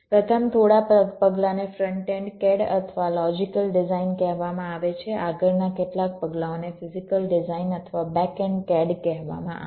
પ્રથમ થોડા પગલાંને ફ્રન્ટ એન્ડ CAD અથવા લોજિકલ ડિઝાઇન કહેવામાં આવે છે આગળના કેટલાક પગલાંઓને ફિઝીકલ ડિઝાઇન અથવા બેક એન્ડ CAD કહેવામાં આવે છે